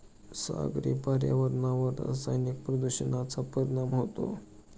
सागरी पर्यावरणावर रासायनिक प्रदूषणाचा परिणाम होतो